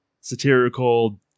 satirical